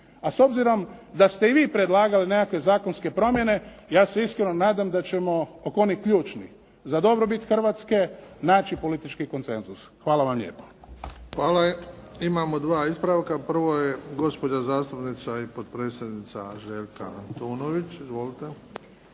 A s obzirom da ste i vi predlagali nekakve zakonske promjene ja se iskreno nadam da ćemo oko onih ključnih za dobrobit Hrvatske naći politički konsenzus. Hvala vam lijepo. **Bebić, Luka (HDZ)** Hvala. Imamo dva ispravka. Prvo je gospođa zastupnica i potpredsjednica Željka Antunović. Izvolite.